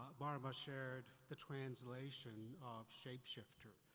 barbara shared the translation of shapeshifter.